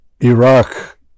Iraq